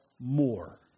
more